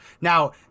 Now